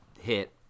hit